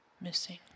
missing